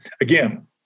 again